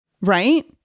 Right